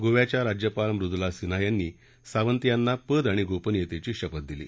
गोव्याच्या राज्यपाल मृदुला सिन्हा यांनी सावंत यांना पद आणि गोपनीयतेची शपथ दिली